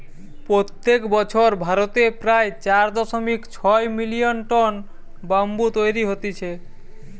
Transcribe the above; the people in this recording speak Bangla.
প্রত্যেক বছর ভারতে প্রায় চার দশমিক ছয় মিলিয়ন টন ব্যাম্বু তৈরী হতিছে